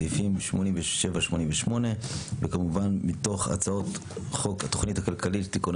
סעיפים 88-87 וכמובן מתוך הצעות חוק התוכנית הכלכלית לתיקוני